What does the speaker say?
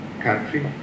country